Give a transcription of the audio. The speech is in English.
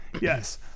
Yes